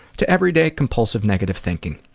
to everyday compulsive negative thinking.